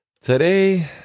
Today